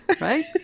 right